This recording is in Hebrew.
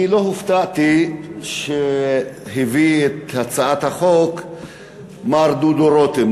אני לא הופתעתי שאת הצעת החוק הביא מר דודו רותם,